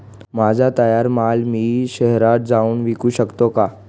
माझा तयार माल मी शहरात जाऊन विकू शकतो का?